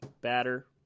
batter